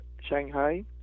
Shanghai